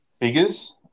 figures